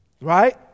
Right